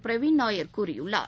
பிரவீண் நாயர் கூறியுள்ளார்